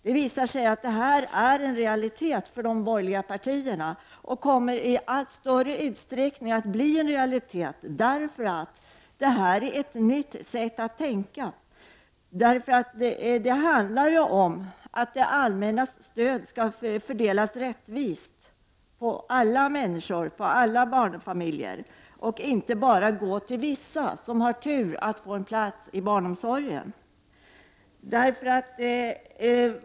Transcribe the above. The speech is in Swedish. Det visar sig att detta är en realitet för de borgerliga partierna och kommer att bli en realitet i allt större utsträckning, därför att det är ett nytt sätt att tänka, därför att det handlar om att det allmännas stöd skall fördelas rättvist till alla människor, alla barnfamiljer, och inte bara gå till vissa, som har tur att få en plats i barnomsorgen.